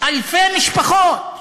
אלפי משפחות,